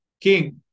King